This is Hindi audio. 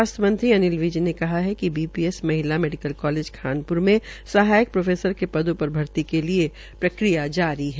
स्वास्थ्य मंत्री अनिल विज ने कहा कि बीपीएस महिला मेडिकल काजेल खानप्र मे सहायक प्रोफेसर के पदों पर भर्ती के लिये प्रक्रिया जारी है